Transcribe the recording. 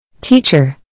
Teacher